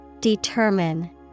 Determine